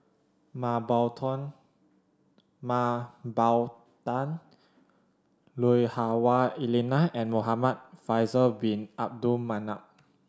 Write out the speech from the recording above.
Mah Bow Mah Bow Tan Lui Hah Wah Elena and Muhamad Faisal Bin Abdul Manap